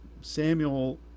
Samuel